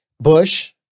Bush